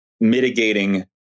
mitigating